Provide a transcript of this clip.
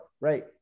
right